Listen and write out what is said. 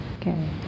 Okay